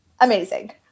amazing